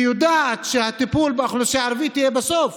ואנחנו יודעים באוכלוסייה הערבית שהטיפול בנו יהיה בסוף